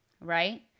right